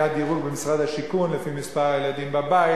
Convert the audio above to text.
היה דירוג במשרד השיכון לפי מספר הילדים בבית,